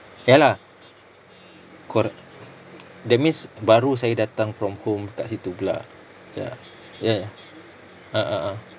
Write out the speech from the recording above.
ya lah correct that means baru saya datang from home kat situ pula ya ya ya a'ah